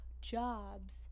jobs